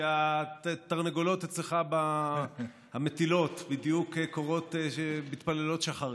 כשהתרנגולות המטילות אצלך בדיוק מתפללות שחרית,